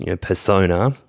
persona